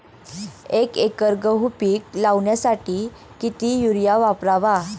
एक एकर गहू पीक लावण्यासाठी किती युरिया वापरावा?